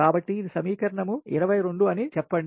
కాబట్టి ఇది సమీకరణం 22 అని చెప్పండి